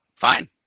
fine